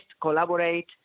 collaborate